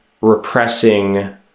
repressing